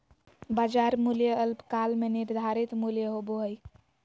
बाजार मूल्य अल्पकाल में निर्धारित मूल्य होबो हइ